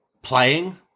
playing